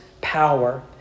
power